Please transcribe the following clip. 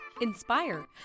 inspire